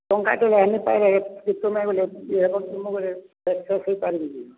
ଟଙ୍କାଟେ ନାହିଁ ପାଇବା ଇଏ ହବ ସକ୍ସେସ୍ ହେଇ ପାରିବିନି